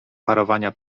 parowania